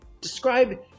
Describe